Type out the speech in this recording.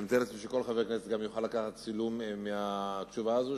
אני מתאר לעצמי שכל חבר כנסת יוכל לקחת צילום מהתשובה הזו,